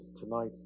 tonight